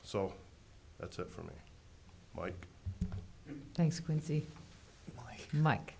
so that's it for me mike thanks crazy like